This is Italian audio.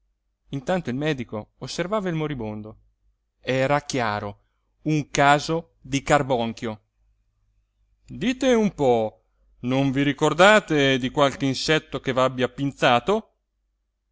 intanto il medico osservava il moribondo era chiaro un caso di carbonchio dite un po non vi ricordate di qualche insetto che v'abbia pinzato